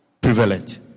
prevalent